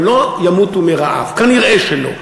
הם לא ימותו מרעב, כנראה שלא.